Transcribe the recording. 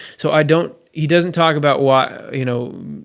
so i don't. he doesn't talk about why, you know,